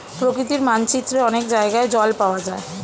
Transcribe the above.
প্রকৃতির মানচিত্রে অনেক জায়গায় জল পাওয়া যায়